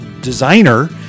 designer